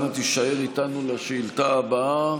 אנא, תישאר איתנו לשאילתה הבאה.